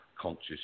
conscious